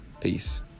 Peace